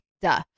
Duh